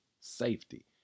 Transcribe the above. safety